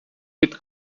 під